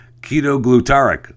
ketoglutaric